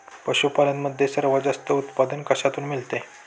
पशूपालन मध्ये सर्वात चांगले उत्पादन कशातून मिळते?